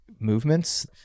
movements